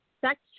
sex